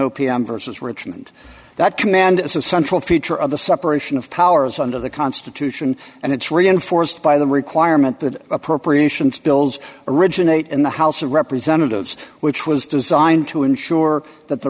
m versus richmond that command is a central feature of the separation of powers under the constitution and it's reinforced by the requirement that appropriations bills originate in the house of representatives which was designed to ensure that the